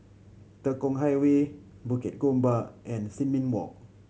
Tekong Highway Bukit Gombak and Sin Ming Walk